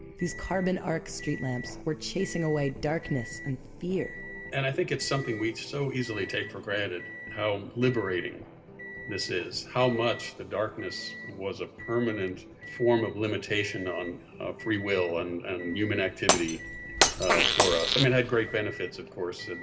these carbon arc street lamps were chasing away darkness and fear and i think it's something we so easily take for granted how liberating this is, how much the darkness was a permanent form of limitation on free will and human activity for us. i mean, it had great benefits, of course, and